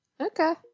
Okay